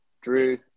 Drew